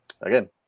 again